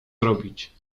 robić